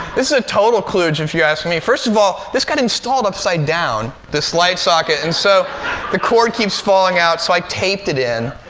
is a total kludge, if you ask me. first of all, this got installed upside down. this light socket and so the cord keeps falling out, so i taped it in.